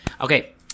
Okay